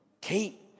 Kate